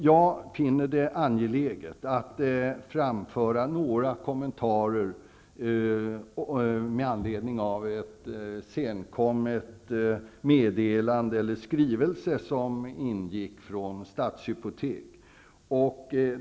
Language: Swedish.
Jag finner det emellertid angeläget att framföra några kommentarer med anledning av en senkommen skrivelse från Stadshypotek.